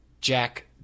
Jack